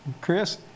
Chris